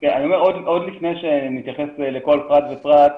עוד לפני שנתייחס לכל פרט ופרט,